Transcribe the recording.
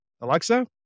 Alexa